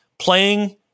playing